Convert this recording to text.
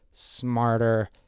Smarter